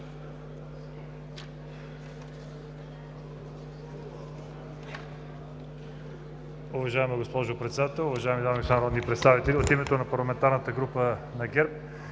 Уважаема госпожо Председател, уважаеми дами и господа народни представители! От името на парламентарната група на ГЕРБ